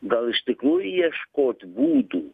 gal iš tikrųjų ieškot būdų